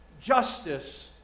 Justice